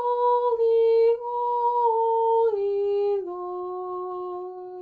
o